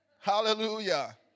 Hallelujah